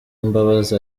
uwimbabazi